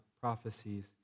prophecies